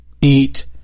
eat